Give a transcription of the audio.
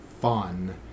fun